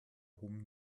hohem